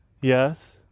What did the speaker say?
yes